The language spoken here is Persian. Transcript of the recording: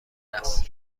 است